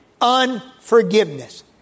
unforgiveness